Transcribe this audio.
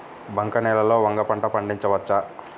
బంక నేలలో వంగ పంట పండించవచ్చా?